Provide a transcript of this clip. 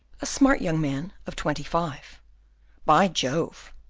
a smart young man of twenty-five. by jove!